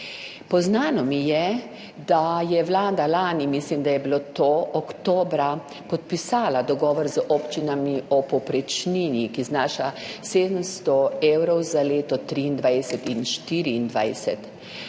Poznano mi je, da je vlada lani, mislim, da je bilo to oktobra, podpisala dogovor z občinami o povprečnini, ki znaša 700 evrov za leto 2023 in 2024,